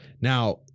Now